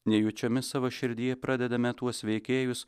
nejučiomis savo širdyje pradedame tuos veikėjus